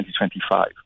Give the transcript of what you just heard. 2025